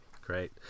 Great